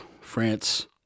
France